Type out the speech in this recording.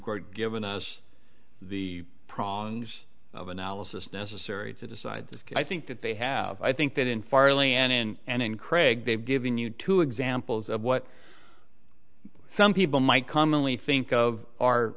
court given us the problems of analysis necessary to decide i think that they have i think that in fairly and in and in craig they've given you two examples of what some people might commonly think of our